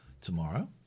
tomorrow